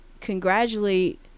congratulate